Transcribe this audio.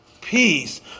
peace